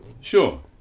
Sure